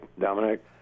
Dominic